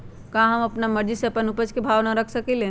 का हम अपना मर्जी से अपना उपज के भाव न रख सकींले?